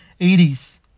80s